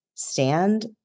Stand